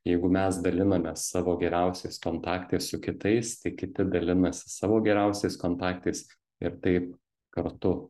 jeigu mes dalinamės savo geriausiais kontaktais su kitais tie kiti dalinasi savo geriausiais kontaktais ir taip kartu